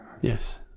Yes